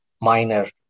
minor